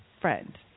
friend